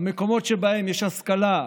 במקומות שבהם יש השכלה,